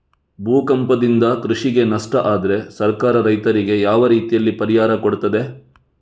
ಭೂಕಂಪದಿಂದ ಕೃಷಿಗೆ ನಷ್ಟ ಆದ್ರೆ ಸರ್ಕಾರ ರೈತರಿಗೆ ಯಾವ ರೀತಿಯಲ್ಲಿ ಪರಿಹಾರ ಕೊಡ್ತದೆ?